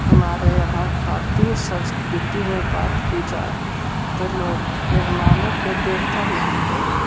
हमारे यहाँ भारतीय संस्कृति में बात की जाए तो लोग मेहमानों को देवता मानते हैं